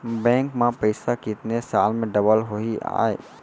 Bank में पइसा कितने साल में डबल होही आय?